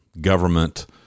government